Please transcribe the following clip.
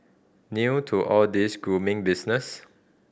new to all this grooming business